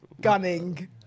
gunning